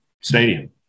stadium